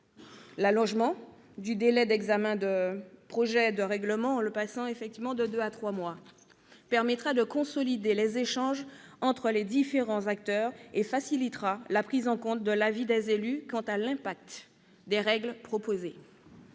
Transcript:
à trois mois du délai d'examen des projets de règlement permettra de consolider les échanges entre les différents acteurs et facilitera la prise en compte de l'avis des élus quant à l'impact des règles proposées.